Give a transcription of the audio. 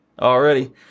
Already